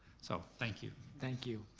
so thank you. thank you,